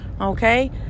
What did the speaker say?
Okay